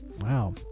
wow